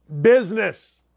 business